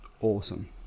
awesome